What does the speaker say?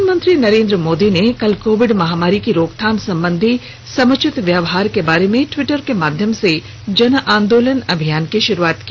प्रधानमंत्री नरेन्द्र मोदी ने कल कोविड महामारी की रोकथाम संबंधी समुचित व्यवहार के बारे में ट्वीटर के माध्यम से जन आंदोलन अभियान की शुरूआत की